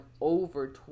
over